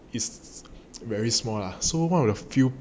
it's very small lah so one of the few